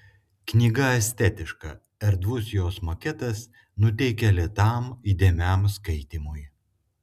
knyga estetiška erdvus jos maketas nuteikia lėtam įdėmiam skaitymui